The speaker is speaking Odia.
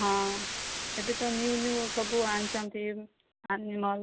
ହଁ ଏବେ ତ ନ୍ୟୁ ନ୍ୟୁ ସବୁ ଆଣିଛନ୍ତି ଆନିମଲ୍ସ